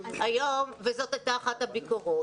היום וזאת הייתה אחת הביקורת